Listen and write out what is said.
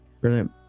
Brilliant